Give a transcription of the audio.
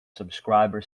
subscriber